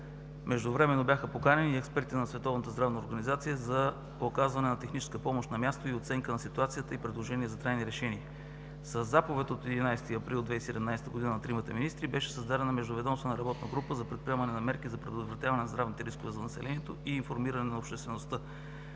Междувременно бяха поканени и експерти на Световната здравна организация за оказване на техническа помощ на място, оценка на ситуацията и предложения за трайни решения. Със заповед от 11 април 2017 г. на тримата министри беше създадена Междуведомствена работна група за предприемане на мерки за предотвратяване на здравните рискове за населението и информиране на обществеността.